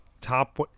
top